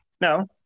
no